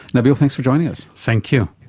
nabil, thanks for joining us. thank you.